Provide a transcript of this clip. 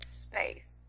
space